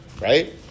Right